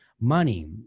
money